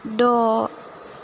द'